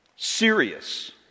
serious